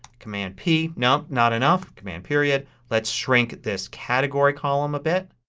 command p. no, not enough. command period. let's shrink this category column a bit.